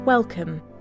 Welcome